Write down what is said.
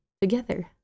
together